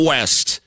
West